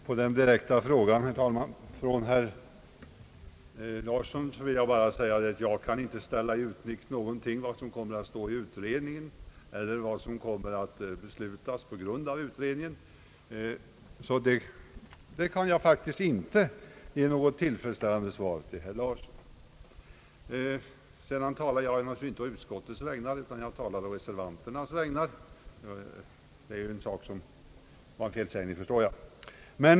Herr talman! Med anledning av den direkta frågan från herr Larsson vill jag bara säga att jag inte kan ställa i utsikt någonting om vad som kan komma att stå i utredningens betänkande eller om vad som kan komma att beslutas på grundval av utredningen, På den punkten kan jag alltså inte ge herr Larsson ett tillfredsställande svar.